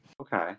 Okay